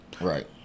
Right